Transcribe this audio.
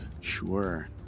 Sure